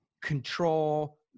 control